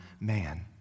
man